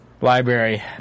library